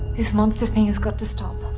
this monster thing has got to stop,